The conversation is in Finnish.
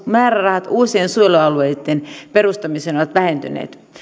määrärahat uusien suojelualueitten perustamiseen ovat vähentyneet tässä